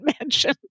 mansion